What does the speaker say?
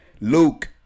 Luke